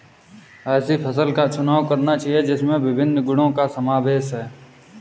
ऐसी फसल का चुनाव करना चाहिए जिसमें विभिन्न गुणों का समावेश हो